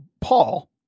Paul